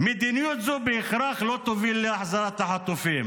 מדיניות זו בהכרח לא תוביל להחזרת החטופים.